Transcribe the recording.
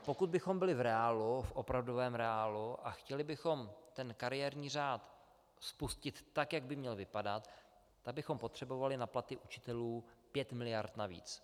Pokud bychom byli v reálu, v opravdovém reálu, a chtěli bychom kariérní řád spustit, tak jak by měl vypadat, tak bychom potřebovali na platy učitelů 5 mld. navíc.